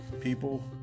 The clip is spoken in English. people